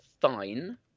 fine